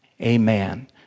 amen